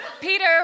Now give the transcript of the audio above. Peter